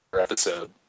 episode